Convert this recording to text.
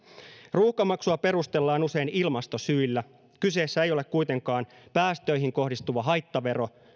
ruuhkamaksua perustellaan usein ilmastosyillä kyseessä ei ole kuitenkaan päästöihin kohdistuva haittavero